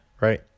right